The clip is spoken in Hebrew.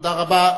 תודה רבה.